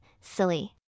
silly